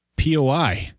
POI